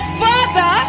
father